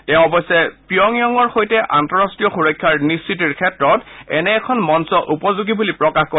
তেওঁ অৱশ্যে পিয়ংয়ঙৰ সৈতে আন্তঃৰাষ্টীয় সুৰক্ষাৰ নিশ্চিতিৰ ক্ষেত্ৰত এনে এখন মঞ্চ উপযোগী বুলি প্ৰকাশ কৰে